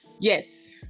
yes